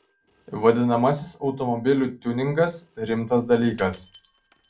vadinamasis automobilių tiuningas rimtas dalykas